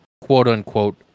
quote-unquote